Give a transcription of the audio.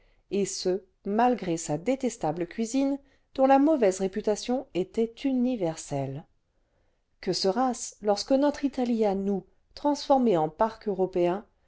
et ce malgré sa détestable cuisine dont la mauvaise réputation était universelle que sera-ce lorsque notre italie à nous transformée en parc européen